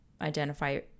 identify